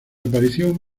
aparición